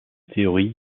théorie